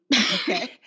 Okay